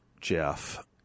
Jeff